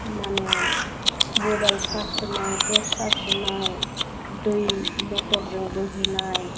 मानि mobile charge होनाय थर्च चार्च होनाय दै मटरजों बोहोनाय